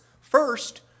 First